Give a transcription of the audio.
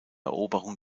eroberung